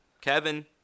Kevin